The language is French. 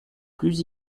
plus